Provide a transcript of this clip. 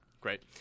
Great